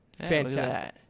fantastic